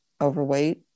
overweight